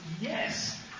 yes